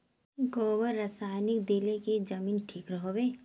गोबर रासायनिक दिले की जमीन ठिक रोहबे?